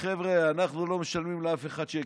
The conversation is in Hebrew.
חבר'ה, אנחנו לא משלמים לאף אחד שקל,